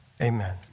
Amen